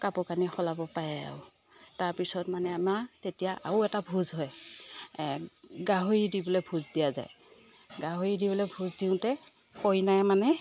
কাপোৰ কানি সলাব পাৰে আৰু তাৰ পিছত মানে আমাৰ তেতিয়া আৰু এটা ভোজ হয় গাহৰি দি পেলাই ভোজ দিয়া যায় গাহৰি দি পেলাই ভোজ দিওঁতে কইনাই মানে